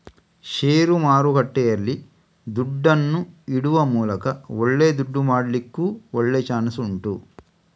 ಷೇರು ಮಾರುಕಟ್ಟೆಯಲ್ಲಿ ದುಡ್ಡನ್ನ ಇಡುವ ಮೂಲಕ ಒಳ್ಳೆ ದುಡ್ಡು ಮಾಡ್ಲಿಕ್ಕೂ ಒಳ್ಳೆ ಚಾನ್ಸ್ ಉಂಟು